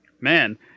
man